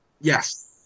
Yes